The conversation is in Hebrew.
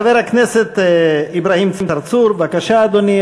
חבר הכנסת אברהים צרצור, בבקשה, אדוני.